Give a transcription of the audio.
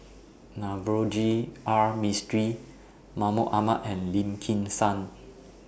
Navroji R Mistri Mahmud Ahmad and Lim Kim San